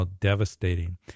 devastating